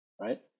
Right